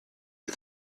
you